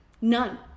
None